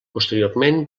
posteriorment